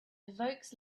evokes